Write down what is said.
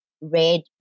red